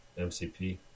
MCP